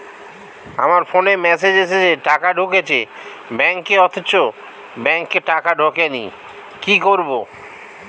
আমার ফোনে মেসেজ এসেছে টাকা ঢুকেছে ব্যাঙ্কে অথচ ব্যাংকে টাকা ঢোকেনি কি করবো?